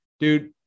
Dude